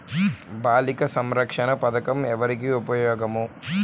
బాలిక సంరక్షణ పథకం ఎవరికి ఉపయోగము?